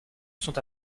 sont